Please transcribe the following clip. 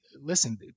listen